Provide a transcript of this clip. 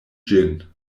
ĝin